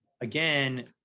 again